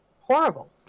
horrible